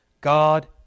God